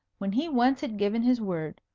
when he once had given his word,